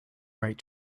write